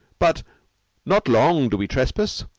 but not long do we trespass.